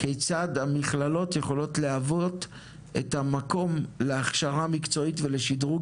כיצד המכללות יכולות להוות את המקום להכשרה מקצועית ולשדרוג